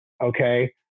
Okay